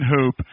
hope